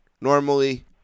normally –